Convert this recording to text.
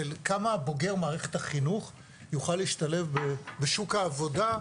של כמה בוגר מערכת החינוך יוכל להשתלב בשוק העבודה,